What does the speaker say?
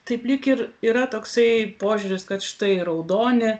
taip lyg ir yra toksai požiūris kad štai raudoni